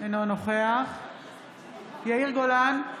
אינו נוכח יאיר גולן,